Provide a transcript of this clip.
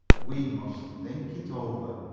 we must think it over.